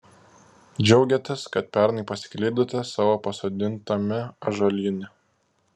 džiaugiatės kad pernai pasiklydote savo pasodintame ąžuolyne